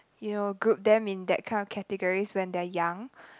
you know group them in that kind of categories when they are young